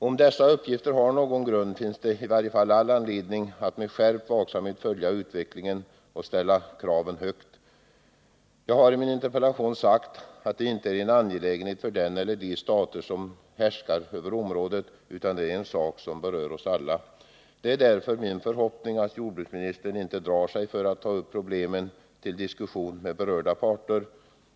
Om dessa uppgifter har någon grund finns det i varje fall anledning att med skärpt vaksamhet följa utvecklingen och ställa kraven högt. Jag har i min interpellation sagt att det inte är en angelägenhet för den eller de stater som härskar över området, utan det är en sak som berör oss alla. Det är därför min förhoppning att jordbruksministern inte drar sig för att ta upp problemen till diskussion med berörda parter.